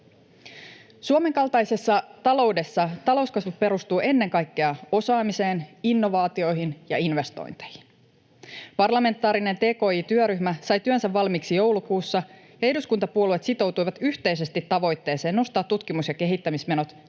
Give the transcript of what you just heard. Suomen kaltaisessa taloudessa talouskasvu perustuu ennen kaikkea osaamiseen, innovaatioihin ja investointeihin. Parlamentaarinen tki-työryhmä sai työnsä valmiiksi joulukuussa, ja eduskuntapuolueet sitoutuivat yhteisesti tavoitteeseen nostaa tutkimus- ja kehittämismenot neljään